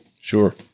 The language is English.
Sure